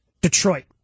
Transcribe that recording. Detroit